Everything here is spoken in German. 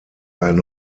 ein